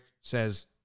says